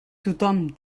tothom